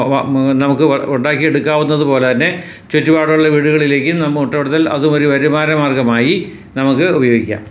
നമുക്ക് ഉണ്ടാക്കിയെടുക്കാവുന്നത് വുന്നത് പോലെ തന്നെ ചുറ്റുപാടുമുള്ള വീടുകളിലേക്ക് നമുക്ക് മുട്ട കൊടുത്താൽ അതും ഒരു വരുമാന മാർഗമായി നമുക്ക് ഉപയോഗിക്കാം